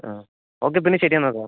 ആ ഓക്കെ പിന്നെ ശരി എന്നാൽ സാ